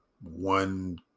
one